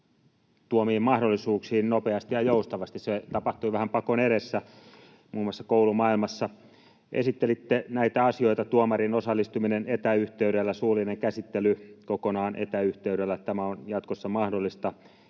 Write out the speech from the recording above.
tuomiin mahdollisuuksiin nopeasti ja joustavasti. Se tapahtui vähän pakon edessä, muun muassa koulumaailmassa. Esittelitte näitä asioita: tuomarin osallistuminen etäyhteydellä, suullinen käsittely kokonaan etäyhteydellä — tämä on jatkossa mahdollista.